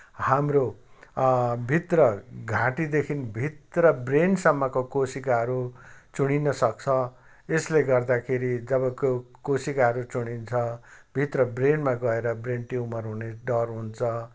हाम्रोभित्र घाँटीदेखिभित्र ब्रेनसम्मको कोसिकाहरू चुडि्नसक्छ यसले गर्दाखेरि जब कोसिकाहरू चुडि्न्छ भित्र ब्रेनमा गएर ब्रेन ट्युमर हुने डर हुन्छ